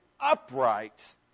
upright